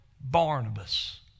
Barnabas